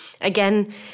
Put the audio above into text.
again